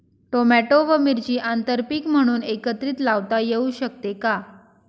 Tomato व मिरची आंतरपीक म्हणून एकत्रित लावता येऊ शकते का?